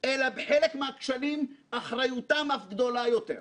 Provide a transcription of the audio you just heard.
אלא בחלק מהכשלים אחריותם אף גדולה יותר.